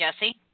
Jesse